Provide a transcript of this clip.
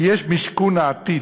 ויש משכון העתיד,